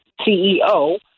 CEO